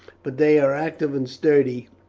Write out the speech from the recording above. but they are active and sturdy,